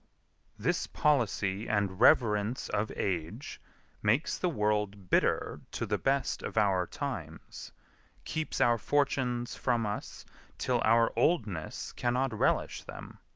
this policy and reverence of age makes the world bitter to the best of our times keeps our fortunes from us till our oldness cannot relish them.